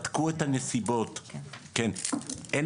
אין